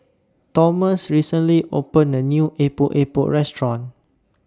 Tomas recently opened A New Epok Epok Restaurant